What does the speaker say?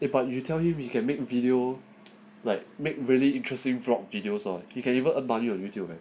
if you tell him you can make video like make really interesting blog videos hor you can even apply it on YouTube eh